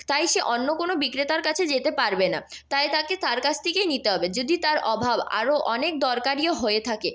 তাই সে অন্য কোনো বিক্রেতার কাছে যেতে পারবে না তাই তাকে তার কাছ থেকেই নিতে হবে যদি তার অভাব আরও অনেক দরকারিও হয়ে থাকে